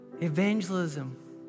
evangelism